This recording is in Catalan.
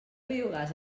biogàs